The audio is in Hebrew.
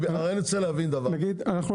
זה